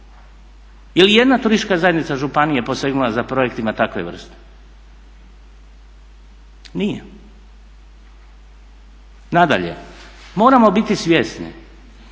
li ijedna turistička zajednica županije posegnula za projektima takve vrste? Nije. Nadalje, moramo biti svjesni